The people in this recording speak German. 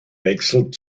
wechsel